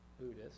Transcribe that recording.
Buddhist